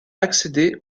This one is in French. accéder